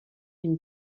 une